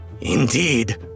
Indeed